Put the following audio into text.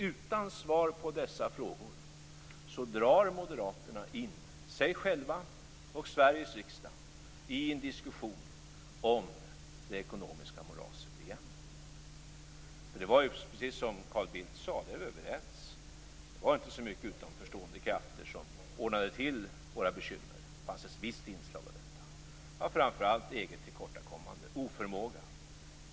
Utan svar på dessa frågor drar moderaterna in sig själva och Sveriges riksdag i en diskussion om det ekonomiska moraset igen. För det var precis som Carl Bildt sade, det är vi överens om, inte så mycket utanförstående krafter som ordnade till våra bekymmer. Det fanns ett visst inslag av detta, men det var framför allt eget tillkortakommande, oförmåga.